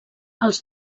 als